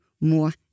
more